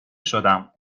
شدم